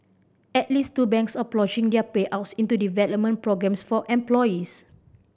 at least two banks are ploughing their payouts into development programmes for employees